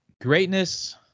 Greatness